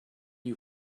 you